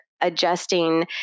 adjusting